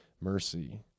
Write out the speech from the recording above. mercy